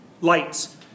lights